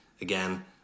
again